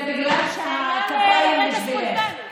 סליחה, למה אתה, זה בגלל שהכפיים בשבילך.